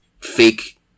fake